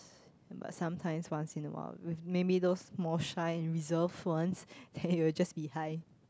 but sometimes once in a while with maybe those small shy reserved ones then you will just be hi